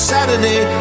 Saturday